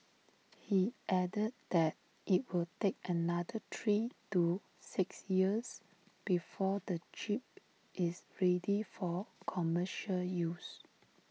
he added that IT will take another three to six years before the chip is ready for commercial use